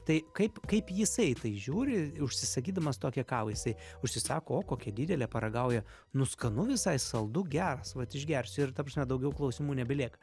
tai kaip kaip jisai į tai žiūri užsisakydamas tokią kavą jisai užsisako o kokia didelė paragauja nu skanu visai saldu geras vat išgersiu ir ta prasme daugiau klausimų nebelieka